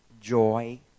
joy